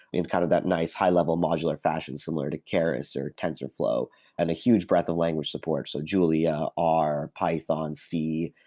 and kind of that nice high-level modular fashion similar to keras or tensorflow and a huge breadth of language support, so julia, r, python, c,